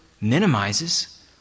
minimizes